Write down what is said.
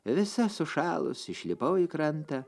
visa sušalus išlipau į krantą